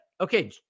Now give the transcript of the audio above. okay